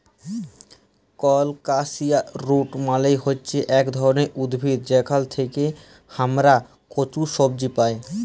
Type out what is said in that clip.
colocasia root মালে হচ্যে ইক ধরলের উদ্ভিদ যেখাল থেক্যে হামরা কচু সবজি পাই